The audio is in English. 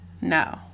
No